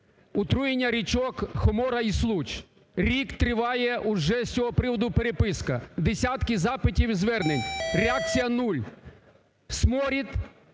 Отруєння річок Хомора і Случ. Рік триває уже з цього приводу переписка. Десятки запитів і звернень. Реакція – нуль. Сморід.